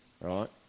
right